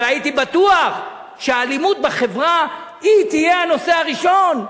אבל הייתי בטוח שהאלימות בחברה תהיה הנושא הראשון.